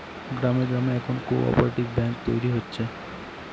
গ্রামে গ্রামে এখন কোঅপ্যারেটিভ ব্যাঙ্ক তৈরী হচ্ছে